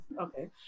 okay